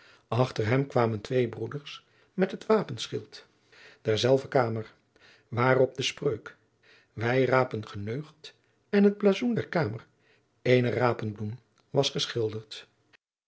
achter hem kwamen twee broeders met het wapenschild derzelfde kamer waarop de spreuk wij rapen geneugt en het blazoen der kamer eene rapenbloem was geschilderd